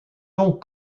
noms